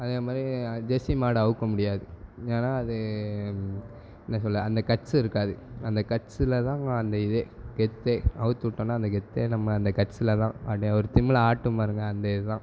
அதே மாதிரி ஜெர்சி மாடை அவுக்க முடியாது ஏன்னா அது என்ன சொல்ல அந்த கட்ஸு இருக்காது அந்த கட்ஸில் தான் அந்த இதே கெத்தே அவுத்துவுட்டோன்னா அந்த கெத்தே நம்ம அந்த கட்ஸில் தான் அப்புடே ஒரு திமிலை ஆட்டும் பாருங்கள் அந்த இது தான்